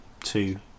two